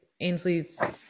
Ainsley's